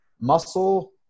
muscle